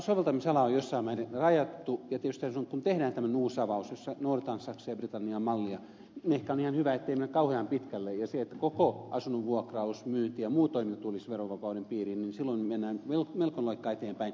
tietysti soveltamisala on jossain määrin rajattu ja kun tehdään tämmöinen uusi avaus jossa noudatetaan saksan ja britannian mallia on ehkä ihan hyvä ettei mennä kauhean pitkälle ja jos koko asunnon vuokraus myynti ja muu toiminta tulisi verovapauden piiriin niin silloin mentäisiin melkoinen loikka eteenpäin